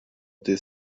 dydd